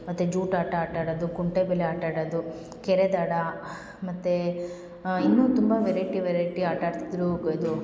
ಮತ್ತು ಜೂಟಾಟ ಆಟ ಆಡೋದು ಕುಂಟೆಬಿಲ್ಲೆ ಆಟಾಡೋದು ಕೆರೆ ದಡ ಮತ್ತು ಇನ್ನೂ ತುಂಬ ವೆರೈಟಿ ವೆರೈಟಿ ಆಟಾಡ್ತಿದ್ದರು ಗ ಇದು